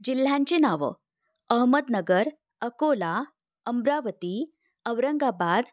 जिल्ह्यांची नावं अहमदनगर अकोला अमरावती औरंगाबाद